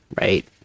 right